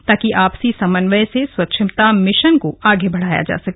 ताकि आपसी समन्वय से स्वच्छता मिशन को आगे बढ़ाया जा सके